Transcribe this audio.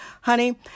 honey